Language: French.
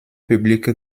public